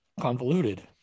convoluted